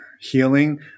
healing